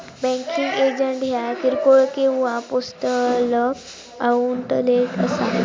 banking agent ह्या किरकोळ किंवा पोस्टल आउटलेट असा